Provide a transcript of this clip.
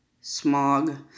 smog